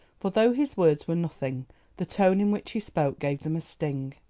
for though his words were nothing the tone in which he spoke gave them a sting.